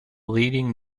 leading